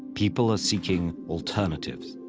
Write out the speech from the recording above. people are seeking alternatives.